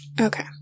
Okay